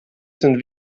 sind